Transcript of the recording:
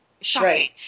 Shocking